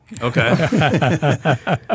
Okay